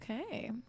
Okay